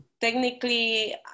technically